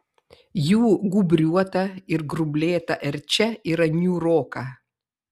jų gūbriuota ir grublėta erčia yra niūroka